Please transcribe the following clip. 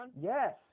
Yes